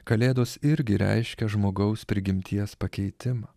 kalėdos irgi reiškia žmogaus prigimties pakeitimą